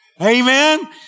Amen